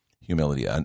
Humility